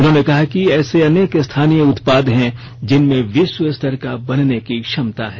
उन्होंने कहा कि ऐसे अनेक स्थानीय उत्पाद हैं जिनमें विश्व स्तर का बनने की क्षमता है